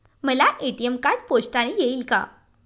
मला ATM card पोस्टाने येईल का?